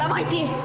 um i didn't